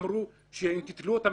ואמרו להם: אם תתלו אותם,